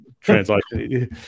translation